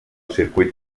circuit